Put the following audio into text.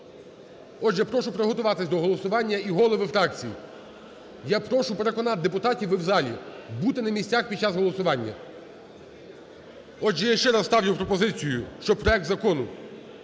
Отже, прошу приготуватись до голосування і голови фракцій, я прошу переконати депутатів в залі, бути на місцях під час голосування. Отже, я ще раз ставлю пропозицію, що проект Закону